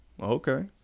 Okay